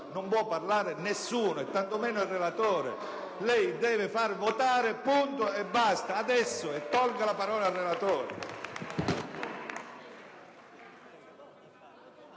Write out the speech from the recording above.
non può parlare nessuno e tantomeno il relatore. Lei deve far votare adesso e togliere la parola al relatore.